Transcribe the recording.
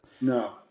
No